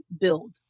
build